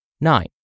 Nine